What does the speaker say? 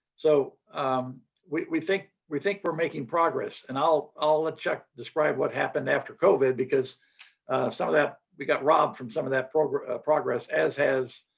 so we think we think we're making progress and i'll let chuck describe what happened after covid because some of that we got robbed from some of that progress progress as has